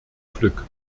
glück